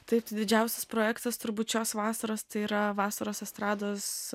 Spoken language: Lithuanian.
taip didžiausias projektas turbūt šios vasaros tai yra vasaros estrados